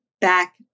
back